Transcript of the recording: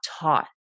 taught